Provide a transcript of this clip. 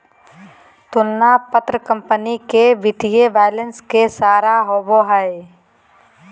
तुलना पत्र कंपनी के वित्तीय बैलेंस के सार होबो हइ